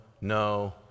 no